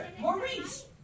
Maurice